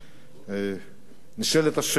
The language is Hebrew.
נשאלת השאלה,